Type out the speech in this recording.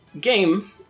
game